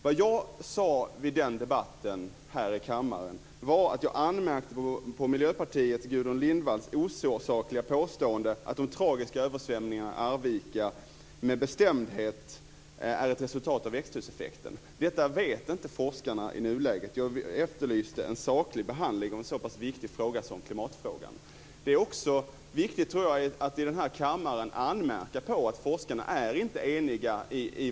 Vad jag gjorde i den debatten här i kammaren var att jag anmärkte på det osakliga påståendet från Miljöpartiets Gudrun Lindvall att de tragiska översvämningarna i Arvika med bestämdhet är ett resultat av växthuseffekten. Detta vet inte forskarna i nuläget. Jag efterlyste en saklig behandling av en så viktig fråga som klimatfrågan. Jag tror också att det är viktigt att i den här kammaren anmärka att forskarna inte är eniga.